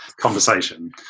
conversation